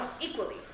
equally